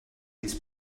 his